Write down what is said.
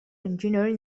engineering